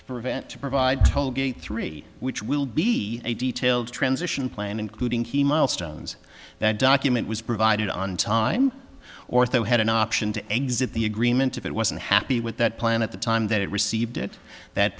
to prevent to provide toll gate three which will be a detailed transition plan including key milestones that document was provided on time ortho had an option to exit the agreement if it wasn't happy with that plan at the time that it received it that